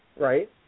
Right